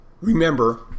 Remember